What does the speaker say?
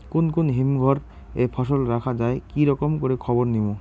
কুন কুন হিমঘর এ ফসল রাখা যায় কি রকম করে খবর নিমু?